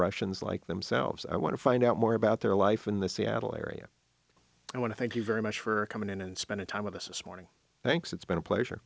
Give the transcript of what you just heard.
russians like themselves i want to find out more about their life in the seattle area i want to thank you very much for coming in and spending time with us this morning thanks it's been a pleasure